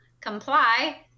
comply